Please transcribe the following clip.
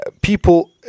people